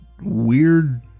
weird